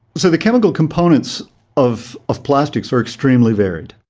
so the chemical components of of plastics are extremely varied.